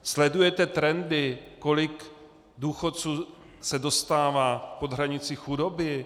Sledujete trendy, kolik důchodců se dostává pod hranici chudoby?